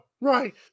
Right